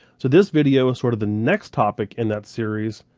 so this video is sort of the next topic in that series,